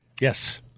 Yes